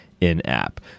in-app